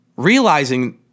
Realizing